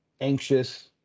anxious